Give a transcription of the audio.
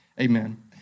Amen